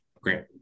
Great